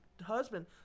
husband